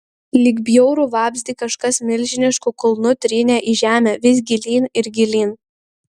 lyg bjaurų vabzdį kažkas milžinišku kulnu trynė į žemę vis gilyn ir gilyn